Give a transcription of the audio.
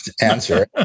answer